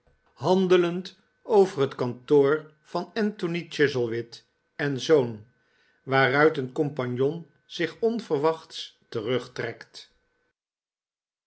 handelend over het kantoor van anthony chuzzlewit en zoon r waaruit een compagnon zich onverwachts terugtrekt